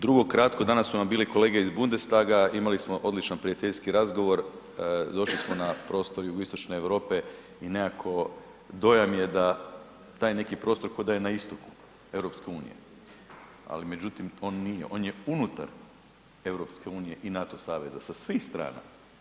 Drugo kratko, danas su nam bili kolege iz Bundestaga, imali smo odličan prijateljski razgovor, došli smo na prostor Jugoistočne Europe i nekako dojam je da taj neki prosto kao da je istoku EU, ali međutim on nije, on je unutar EU i NATO saveza sa svih strana.